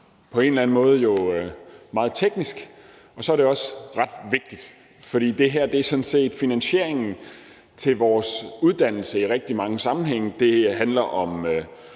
på en eller anden måde meget teknisk, og så er det også ret vigtigt, for det her handler sådan set om finansieringen af vores uddannelser i rigtig mange sammenhænge. Det handler om